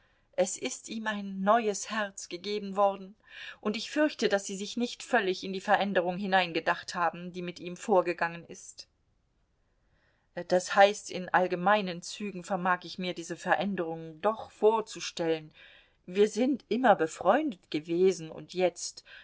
es ist ihm ein neues herz gegeben worden und ich fürchte daß sie sich nicht völlig in die veränderung hineingedacht haben die mit ihm vorgegangen ist das heißt in allgemeinen zügen vermag ich mir diese veränderung doch vorzustellen wir sind immer befreundet gewesen und jetzt